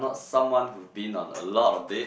someone who been on a lot of it